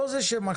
לא זה שמכר.